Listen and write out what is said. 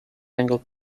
angle